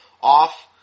off